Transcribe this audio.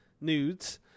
Nudes